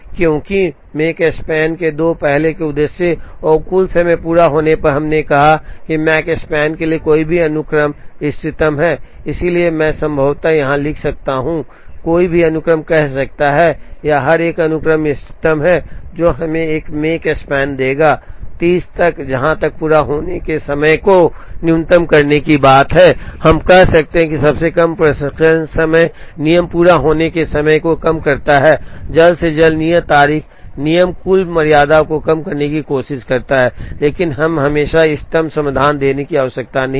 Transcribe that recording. क्योंकि मकस्पन के 2 पहले के उद्देश्य और कुल समय पूरा होने पर हमने कहा है कि माकस्पन के लिए कोई भी अनुक्रम इष्टतम है इसलिए मैं संभवतः यहां लिख सकता हूं और कोई भी अनुक्रम कह सकता हूं या हर एक अनुक्रम इष्टतम है जो हमें एक Makespan देगा 30 जहाँ तक पूरा होने के समय को न्यूनतम करने की बात है हम कह सकते हैं कि सबसे कम प्रसंस्करण समय नियम पूरा होने के समय को कम करता है जल्द से जल्द नियत तारीख नियम कुल मर्यादा को कम करने की कोशिश करता है लेकिन हमें हमेशा इष्टतम समाधान देने की आवश्यकता नहीं है